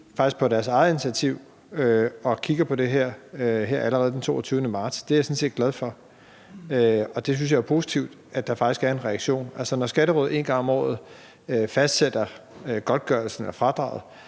deres eget initiativ – og kigger på det her allerede den 22. marts. Det er jeg sådan set glad for, og jeg synes, det er positivt, at der faktisk er en reaktion. Når Skatterådet en gang om året fastsætter godtgørelsen og fradraget,